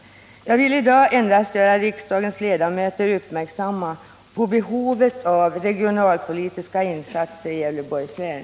Jag vill i dag endast göra riksdagens ledamöter uppmärksamma på behovet av regionalpolitiska insatser i Gävleborgs län.